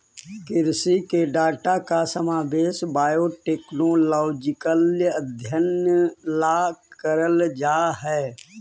कृषि के डाटा का समावेश बायोटेक्नोलॉजिकल अध्ययन ला करल जा हई